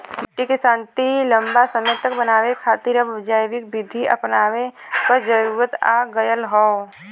मट्टी के शक्ति लंबा समय तक बनाये खातिर अब जैविक विधि अपनावे क जरुरत आ गयल हौ